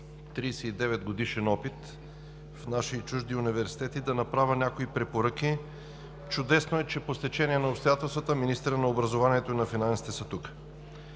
39-годишен опит в наши и чужди университети да направя някои препоръки. Чудесно е, че по стечение на обстоятелствата министърът на образованието и министърът на финансите са тук.